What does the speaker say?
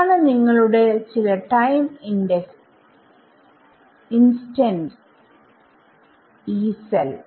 ഇതാണ് നിങ്ങളുടെ ചില ടൈം ഇൻസ്റ്റന്ഡിലെ Yee സെൽ